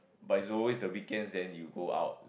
but it's always the weekends then you go out then